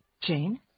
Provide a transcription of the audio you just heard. Jane